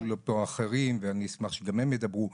לי פה אחרים ואני אשמח שגם הם ידברו.